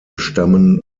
stammen